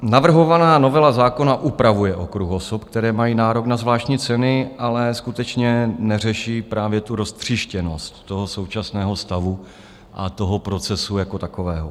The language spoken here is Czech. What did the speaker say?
Navrhovaná novela zákona upravuje okruh osob, které mají nárok na zvláštní ceny, ale skutečně neřeší právě tu roztříštěnost současného stavu a procesu jako takového.